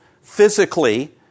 physically